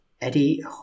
Eddie